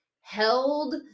held